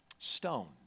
stoned